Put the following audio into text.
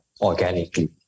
organically